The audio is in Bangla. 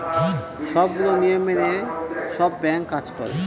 সবগুলো নিয়ম মেনে সব ব্যাঙ্ক কাজ করে